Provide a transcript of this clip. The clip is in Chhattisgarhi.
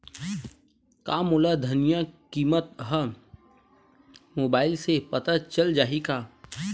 का मोला धनिया किमत ह मुबाइल से पता चल जाही का?